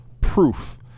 proof